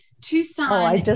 Tucson